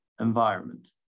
environment